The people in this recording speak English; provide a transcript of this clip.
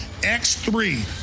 X3